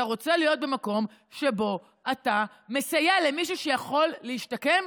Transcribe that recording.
אתה רוצה להיות במקום שבו אתה מסייע למי שיכול להשתקם,